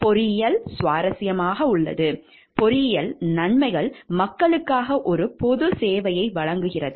பொறியியல் சுவாரஸ்யமாக உள்ளது பொறியியல் நன்மைகள் மக்களுக்காக ஒரு பொது சேவையை வழங்குகிறது